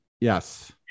Yes